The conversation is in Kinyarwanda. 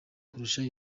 kurusha